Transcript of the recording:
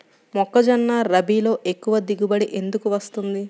మొక్కజొన్న రబీలో ఎక్కువ దిగుబడి ఎందుకు వస్తుంది?